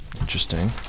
Interesting